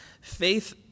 Faith